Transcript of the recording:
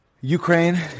Ukraine